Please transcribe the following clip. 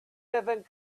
living